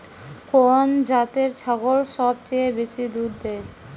কোন জাতের ছাগল সবচেয়ে বেশি দুধ দেয়?